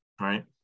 Right